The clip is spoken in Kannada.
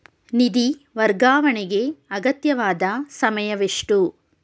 ನಿಧಿ ವರ್ಗಾವಣೆಗೆ ಅಗತ್ಯವಾದ ಸಮಯವೆಷ್ಟು?